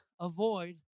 avoid